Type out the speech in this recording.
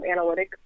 analytics